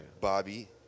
Bobby